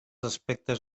aspectes